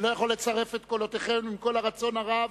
אני לא יכול לצרף את קולותיכם, עם כל הרצון הרב.